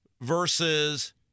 versus